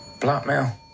Blackmail